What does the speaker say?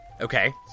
Okay